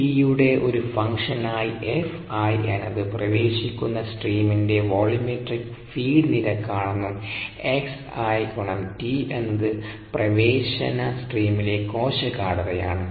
T യുടെ ഒരു ഫംഗ്ഷനായി Fi എന്നത് പ്രവേശിക്കുന്ന സ്ട്രീമിന്റെ വോള്യൂമെട്രിക് ഫീഡ് നിരക്കാണെന്നും xi എന്നത് പ്രവേശന സ്ട്രീമിലെ കോശ ഗാഢതയാണ്